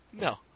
no